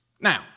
Now